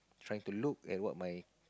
trying to look at what my